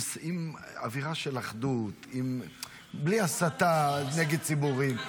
עם אווירה של אחדות, בלי הסתה נגד ציבורים.